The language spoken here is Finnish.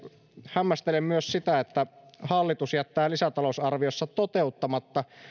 hämmästelen myös sitä että hallitus jättää lisätalousarviossa toteuttamatta